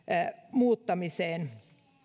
muuttamiseen